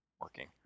working